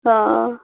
हां